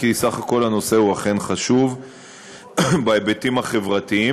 כי בסך הכול הנושא הוא אכן חשוב בהיבטים החברתיים.